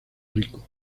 rico